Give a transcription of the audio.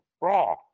raw